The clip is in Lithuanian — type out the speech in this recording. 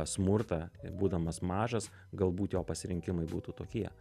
smurtą būdamas mažas galbūt jo pasirinkimai būtų tokie